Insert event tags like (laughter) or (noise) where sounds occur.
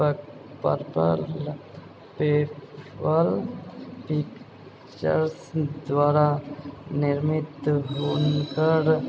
(unintelligible) pictures द्वारा निर्मित हुनकर